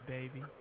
Baby